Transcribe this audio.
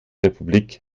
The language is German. republik